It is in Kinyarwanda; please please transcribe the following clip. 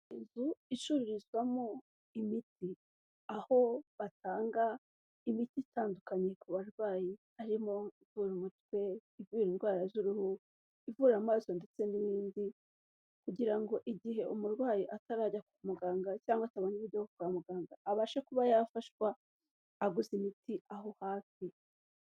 Inzu i icururizwamo imiti aho batanga imiti itandukanye ku barwayi harimo umutwe, ivura indwara z'uruhu, ivura amaso ndetse n'ibindi kugira ngo igihe umurwayi atarajya kwa muganga cyangwa atabone uburyo ujya kwa muganga abashe kuba yafashwa aguze imiti aho hafi.